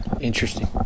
Interesting